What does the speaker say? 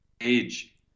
age